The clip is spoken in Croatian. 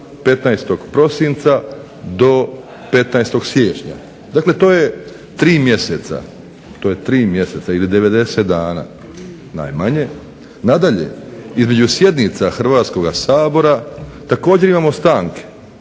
15. prosinca do 15. siječnja. Dakle to je tri mjeseca, to je tri mjeseca ili 90 dana najmanje. Nadalje, između sjednica Hrvatskoga sabora u danima računato